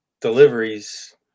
deliveries